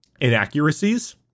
inaccuracies